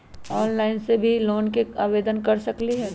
Online से भी loan के आवेदन कर सकलीहल?